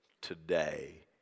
today